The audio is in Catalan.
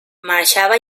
marxava